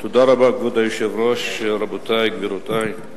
כבוד היושב-ראש, תודה רבה, רבותי וגבירותי,